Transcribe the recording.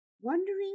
wondering